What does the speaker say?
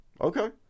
Okay